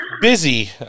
busy